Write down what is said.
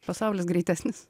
pasaulis greitesnis